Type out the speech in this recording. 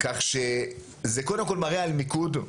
כך שזה קודם כל מראה על מיקוד,